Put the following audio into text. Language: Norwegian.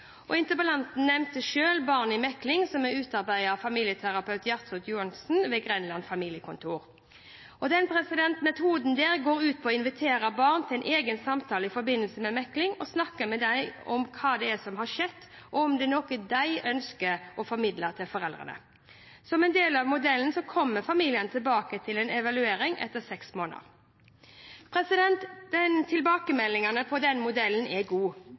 Interpellanten nevnte selv Barn i mekling, som er utarbeidet av familieterapeut Gjertrud Jonassen ved Grenland familiekontor. Metoden går ut på å invitere barn til en egen samtale i forbindelse med mekling og snakke med dem om hva som har skjedd, og om det er noe de ønsker å formidle til foreldrene. Som en del av modellen kommer familiene tilbake til en evaluering etter seks måneder. Tilbakemeldingene på denne modellen er